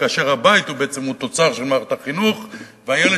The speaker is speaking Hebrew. כשהבית הוא בעצם תוצר של מערכת החינוך והילד